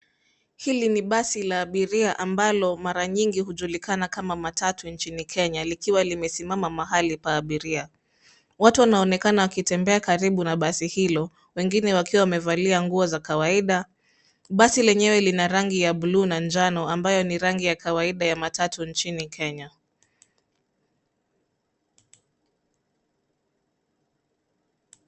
Hili ni basi la abiria ambalo mara nyingi hujulikana kama matatu nchini Kenya likiwa limesimama mahali pa abiria. Watu wanaonekana wakitembea karibu na basi hilo wengine wakiwa wamevalia nguo za kawaida. Basi lenyewe lina rangi ya bluu na njano ambayo ni rangi ya kawaida ya matatu nchini Kenya.